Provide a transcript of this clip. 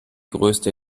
größte